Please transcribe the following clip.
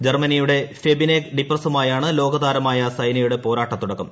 ജർമ്മനിയുടെ ഫെബിനെ ഡിപ്രസ്സുമായാണ് ലോകതാരമായ സൈനയുടെ പോരാട്ടത്തുടക്കം